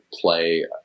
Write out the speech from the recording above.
play